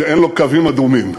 שאין לו קווים אדומים.